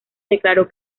declaró